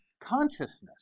consciousness